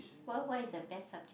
well what is your best subject